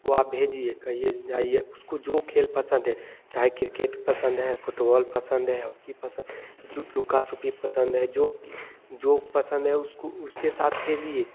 तो आप भेजिए कहिए जाइए उसको जो खेल पसंद है चाहे क्रिकेट पसंद है फ़ुटबॉल पसंद है हॉकी पसंद है लुका छिपी पसंद है जो जो पसंद है उस उसके साथ खेलिए